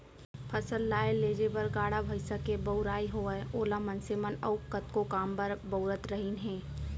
फसल लाए लेजे बर गाड़ा भईंसा के बउराई होवय ओला मनसे मन अउ कतको काम बर बउरत रहिन हें